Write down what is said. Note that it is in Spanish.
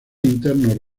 internos